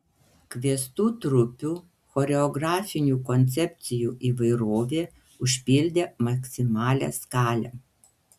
kviestų trupių choreografinių koncepcijų įvairovė užpildė maksimalią skalę